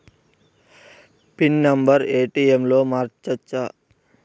Pin number ATM లో మార్చచ్చా?